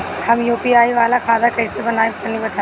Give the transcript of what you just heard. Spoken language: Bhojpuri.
हम यू.पी.आई वाला खाता कइसे बनवाई तनि बताई?